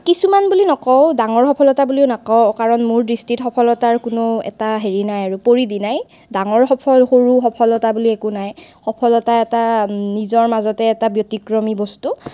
কিছুমান বুলি নকওঁ ডাঙৰ সফলতা বুলিও নকওঁ কাৰণ মোৰ দৃষ্টিত সফলতাৰ কোনো এটা হেৰি নাই আৰু পৰিধি নাই ডাঙৰ সফল সৰু সফলতা বুলি একো নাই সফলতা এটা নিজৰ মাজতে এটা ব্যতিক্ৰমী বস্তু